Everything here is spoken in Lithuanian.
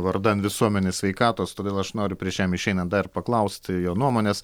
vardan visuomenės sveikatos todėl aš noriu prieš jam išeinant dar paklausti jo nuomonės